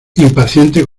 impaciente